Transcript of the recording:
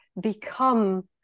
become